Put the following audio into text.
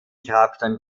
grabstein